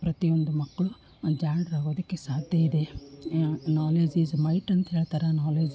ಪ್ರತಿಯೊಂದು ಮಕ್ಕಳು ಜಾಣರಾಗೋದಕ್ಕೆ ಸಾಧ್ಯ ಇದೆ ನಾಲೆಜ್ ಇಸ್ ಮೈಟ್ ಅಂತೇಳ್ತಾರೆ ನಾಲೆಜ್ ಇಸ್